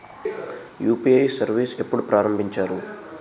UPI service ఎప్పుడు ప్రారంభించారు?